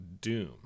doom